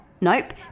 Nope